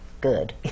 good